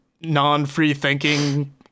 non-free-thinking